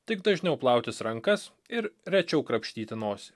tik dažniau plautis rankas ir rečiau krapštyti nosį